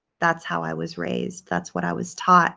that's how i was raised that's what i was taught